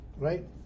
Right